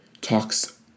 talks